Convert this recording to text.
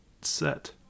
set